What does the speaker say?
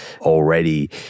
already